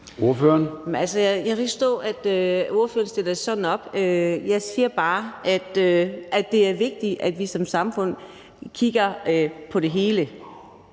altså, jeg kan ikke forstå, at spørgeren stiller det sådan op. Jeg siger bare, at det er vigtigt, at vi som samfund kigger på det hele.